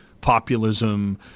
populism